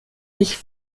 ich